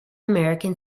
american